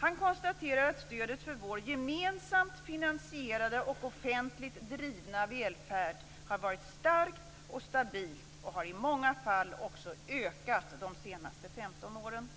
Han konstaterar att stödet för vår gemensamt finansierade och offentligt drivna välfärd har varit starkt och stabilt och i många fall också ökat de senaste 15 åren.